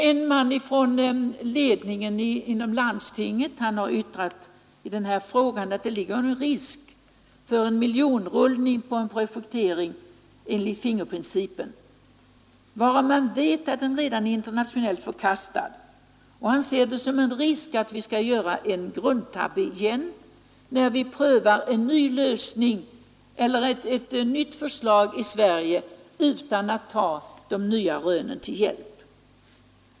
En man från ledningen för landstinget har i den här frågan yttrat att det föreligger risk för en miljonrullning med en projektering enligt fingerhusprincipen, vartill man vet att den principen redan är internationellt förkastad. Han ser det som en risk att vi skall göra en grundtabbe igen när vi prövar ett nytt förslag i Sverige utan att ta de nya rönen till hjälp.